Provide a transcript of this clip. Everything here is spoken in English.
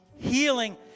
healing